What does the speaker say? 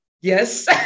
yes